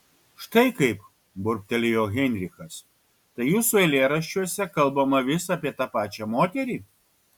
štai kaip burbtelėjo heinrichas tai jūsų eilėraščiuose kalbama vis apie tą pačią moterį